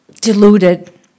Deluded